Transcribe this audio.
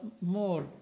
more